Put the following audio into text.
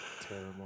Terrible